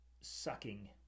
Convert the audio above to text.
sucking